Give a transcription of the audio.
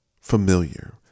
familiar